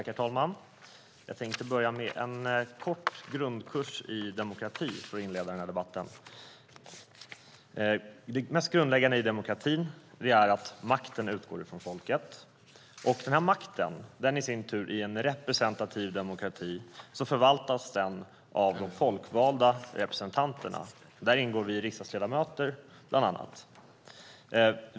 Herr talman! Jag tänkte inleda den här debatten med en kort grundkurs i demokrati. Det mest grundläggande i demokratin är att makten utgår från folket, och den här makten i sin tur ingår i en representativ demokrati som förvaltas av de folkvalda representanterna. Där ingår bland annat vi riksdagsledamöter.